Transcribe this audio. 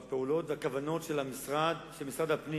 כלומר הפעולות והכוונות של משרד הפנים,